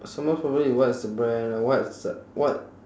so most probably what's the brand what's the what